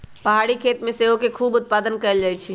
पहारी खेती में सेओ के खूब उत्पादन कएल जाइ छइ